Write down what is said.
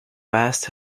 vast